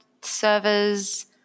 servers